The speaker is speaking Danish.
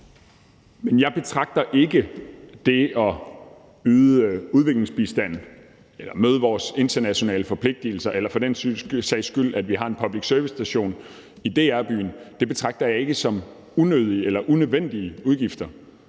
Men jeg betragter ikke det at yde udviklingsbistand eller møde vores internationale forpligtelser eller for den sags skyld, at vi har en public service-station i DR Byen, som unødige eller unødvendige udgifter.